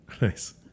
Nice